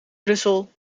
brussel